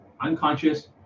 unconscious